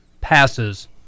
passes